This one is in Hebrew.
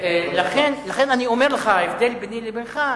לכן אני אומר לך, ההבדל ביני לבינך,